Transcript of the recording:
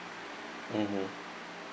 mmhmm